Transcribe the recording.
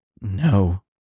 No